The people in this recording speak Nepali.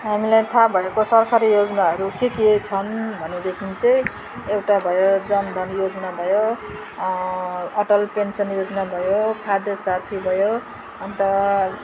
हामीलाई थाहा भएको सरकारी योजनाहरू के के छन् भनेदेखि चाहिँ एउटा भयो जन धन योजना भयो अटल पेन्सन योजना भयो खाद्य साथी भयो अन्त